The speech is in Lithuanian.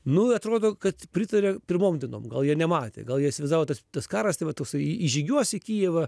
nu atrodo kad pritaria pirmom dienom gal jie nematė gal jie įsivaizdavo tas tas karas tai va toksai įžygiuos į kijevą